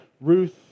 Ruth